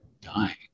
dying